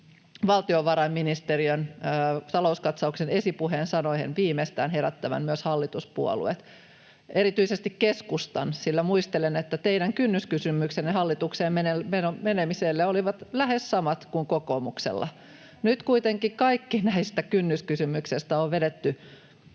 valtiovarainministeriön talouskatsauksen esipuheen sanojen viimeistään herättävän myös hallituspuolueet, erityisesti keskustan, sillä muistelen, että teidän kynnyskysymyksenne hallitukseen menemiselle olivat lähes samat kuin kokoomuksella. Nyt kuitenkin kaikki näistä kynnyskysymyksistä on vedetty